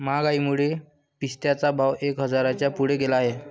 महागाईमुळे पिस्त्याचा भाव एक हजाराच्या पुढे गेला आहे